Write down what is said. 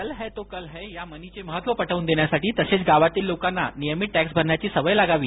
जल है तो कल है या म्हणींचे महत्व पटव्न देण्यासाठी तसेच गावातील लोकांना नियमित टँक्स भरण्याची सवय लागावी